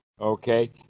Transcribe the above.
okay